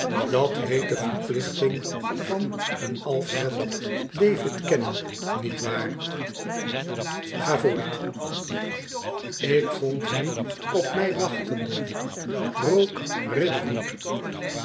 dat heet de verplichting van een alfred david kennen nietwaar ga voort de vond hem op mij wachtende roguei riderhood